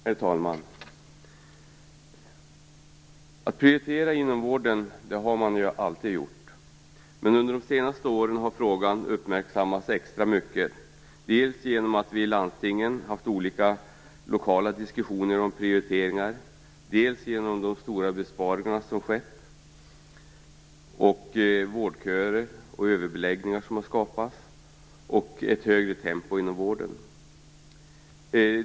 Herr talman! Att prioritera inom vården har man alltid gjort. Men under de senaste åren har frågan uppmärksammats extra mycket, dels genom att vi i landstingen haft olika lokala diskussioner om prioriteringar, dels genom de stora besparingar som skett, de vårdköer och överbeläggningar som har skapats och ett högre tempo inom vården.